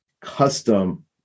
custom